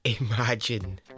Imagine